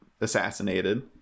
assassinated